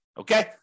Okay